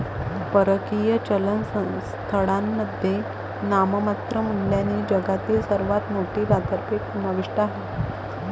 परकीय चलन स्थळांमध्ये नाममात्र मूल्याने जगातील सर्वात मोठी बाजारपेठ समाविष्ट आहे